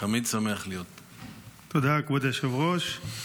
תודה, כבוד היושב-ראש.